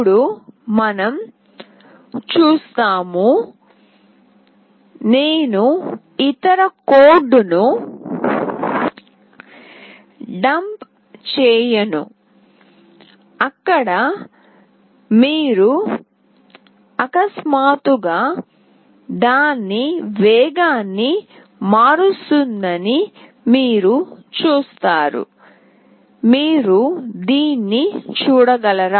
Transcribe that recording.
ఇప్పుడు మనం చూస్తాము నేను ఇతర కోడ్ ను డంప్ చేయను అక్కడ మీరు అకస్మాత్తుగా దాని వేగాన్ని మారుస్తుందని మీరు చూస్తారు మీరు దీన్ని చూడగలరా